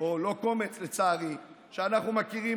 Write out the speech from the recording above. או לא קומץ, לצערי, שאנחנו מכירים,